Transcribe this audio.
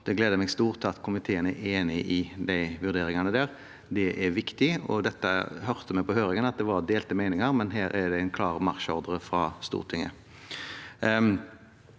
Det gleder meg stort at komiteen er enig i disse vurderingene. Det er viktig. Vi hørte på høringen at det var delte meninger, men her er det en klar marsjordre fra Stortinget.